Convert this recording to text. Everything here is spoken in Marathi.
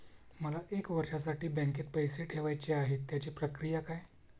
मला एक वर्षासाठी बँकेत पैसे ठेवायचे आहेत त्याची प्रक्रिया काय?